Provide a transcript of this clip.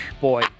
boy